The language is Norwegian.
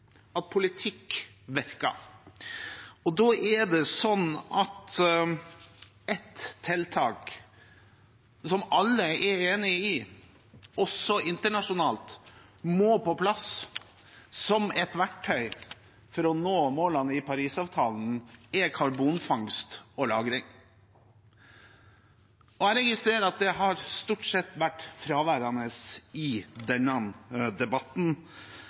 at politikk virker. Da er det sånn at ett tiltak som alle er enig i, også internasjonalt, og som må på plass som et verktøy for å nå målene i Parisavtalen, er karbonfangst og -lagring. Jeg registrerer at det har stort sett vært fraværende i denne debatten,